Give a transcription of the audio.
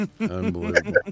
unbelievable